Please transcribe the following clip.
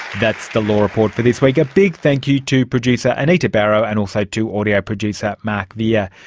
that's the law report for this week. a big thank you to producer anita barraud, and also to audio producer mark vear.